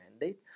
mandate